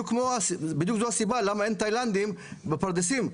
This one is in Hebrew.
וזו בדיוק הסיבה למה אין תאילנדים בפרדסים,